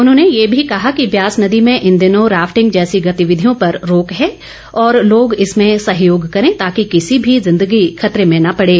उन्होंने ये भी कहा कि व्यास नदी में इन दिनों राफिटंग जैसी गतिविधियों पर रोक है और लोग इसमें सहयोग करें ताकि किसी की भी जिंदगी खतरे में न पड़े